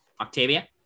octavia